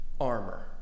armor